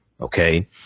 Okay